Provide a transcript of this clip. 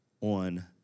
on